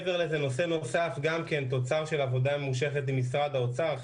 נושא נוסף שהוא תוצר של עבודה ממושכת עם משרד האוצר,